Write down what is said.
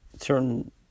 certain